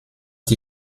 die